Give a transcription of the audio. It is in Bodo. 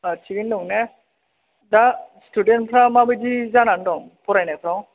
थिगैनो दं ना दा सटुडेन्टफ्रा मा बायदि जानानै दं फरायनायफ्राव